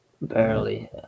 barely